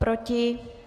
Proti?